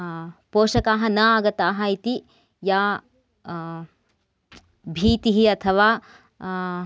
पोषकाः न आगताः इति या भीतिः अथवा